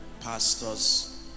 Pastors